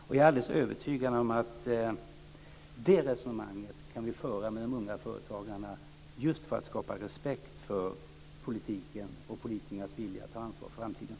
Jag är alldeles övertygad om att det resonemanget kan vi föra med de unga företagarna just för att skapa respekt för politiken och för politikernas vilja att ta ansvar för framtiden.